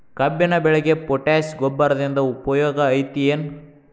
ಕಬ್ಬಿನ ಬೆಳೆಗೆ ಪೋಟ್ಯಾಶ ಗೊಬ್ಬರದಿಂದ ಉಪಯೋಗ ಐತಿ ಏನ್?